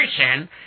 person